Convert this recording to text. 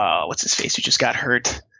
what's-his-face-who-just-got-hurt